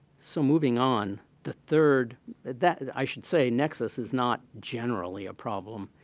so moving on, the third that i should say nexus is not generally a problem.